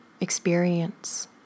experience